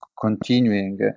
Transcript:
continuing